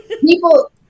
people